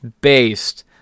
Based